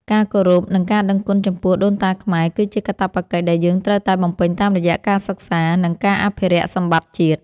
ការគោរព និង ការដឹងគុណចំពោះដូនតាខ្មែរគឺជាកាតព្វកិច្ចដែលយើងត្រូវតែបំពេញតាមរយៈការសិក្សា និង ការអភិរក្សសម្បត្តិជាតិ។